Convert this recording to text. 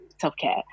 self-care